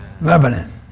Lebanon